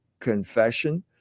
confession